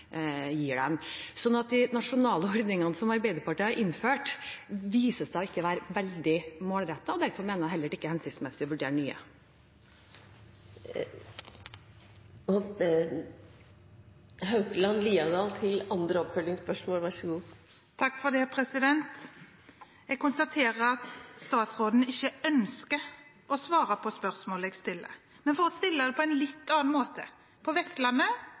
gir dem. De nasjonale ordningene som Arbeiderpartiet innførte, viser seg ikke å være veldig målrettede. Derfor mener jeg det heller ikke er hensiktsmessig å vurdere nye. Jeg konstaterer at statsråden ikke ønsker å svare på spørsmålet jeg stiller. Jeg vil stille det på en litt annen måte. På Vestlandet